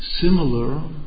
similar